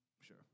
Sure